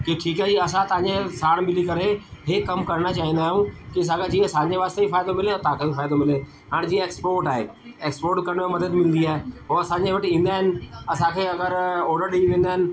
की ठीकु आहे ईअ असां तव्हांजे साण मिली करे हे कम करण चाहींदा आहियूं की साॻा जीअं असांजे वास्ते बि फ़ाइदो मिले ऐं तव्हांखे बि फ़ाइदो मिले हाणे जीअं एक्सपोर्ट आहे एक्सपोर्ट करण में मदद मिलंदी आहे हो असांजे वटि ईंदा आहिनि असांखे अगरि ऑर्डर ॾेई वेंदा आहिनि